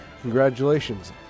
Congratulations